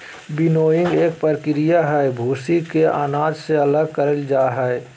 winnowing एक प्रक्रिया हई, भूसी के अनाज से अलग करल जा हई